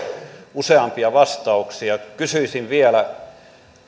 useampia vastauksia kysyisin vielä